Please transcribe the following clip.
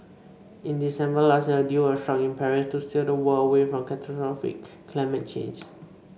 in December last year a deal was struck in Paris to steer the world away from catastrophic climate change